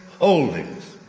holdings